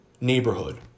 neighborhood